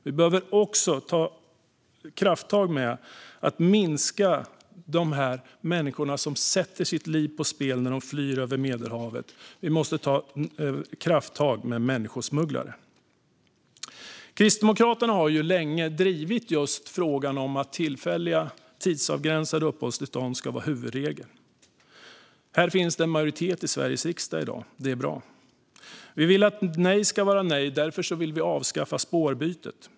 Vi behöver också ta krafttag för att minska antalet människor som sätter sitt liv på spel när de flyr över Medelhavet, och vi måste ta krafttag mot människosmugglare. Kristdemokraterna har länge drivit just frågan att tillfälliga och tidsavgränsade uppehållstillstånd ska vara huvudregel. Här finns det en majoritet i Sveriges riksdag i dag, och det är bra. Vi vill att ett nej ska vara ett nej, och därför vill vi avskaffa spårbytet.